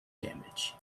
damage